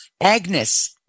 agnes